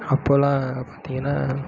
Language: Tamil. அப்போதெலாம் பார்த்திங்கனா